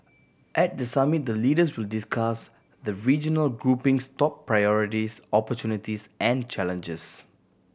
at the summit the leaders will discuss the regional grouping's top priorities opportunities and challenges